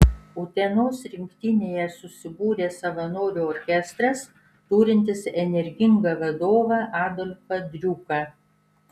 utenos rinktinėje susibūrė savanorių orkestras turintis energingą vadovą adolfą driuką